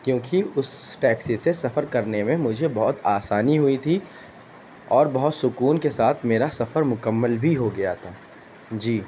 کیونکہ اس ٹیکسی سے سفر کرنے میں مجھے بہت آسانی ہوئی تھی اور بہت سکون کے ساتھ میرا سفر مکمل بھی ہو گیا تھا جی